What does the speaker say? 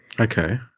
Okay